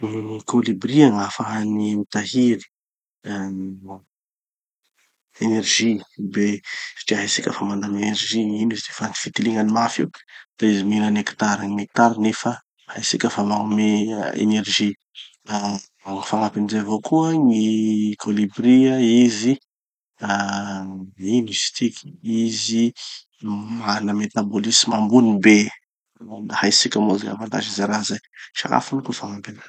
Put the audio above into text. Gny kôlibira, gn'ahafahany mitahiry ahm enérgie be, satria haitsika fa mandany enérgie, gn'ino izy tiky, fa gny fitilignany mafy. De izy mihina néctare. Gny néctare nefa, haitsika fa magnome enérgie. Da ho fagnampin'izay avao koa gny kôlibria izy ah, ino izy tiky, izy mana métabolisme ambony be. Angamba haitsika moa ze avantag-ny ze raha zay. Sakafony koa fagnampiny.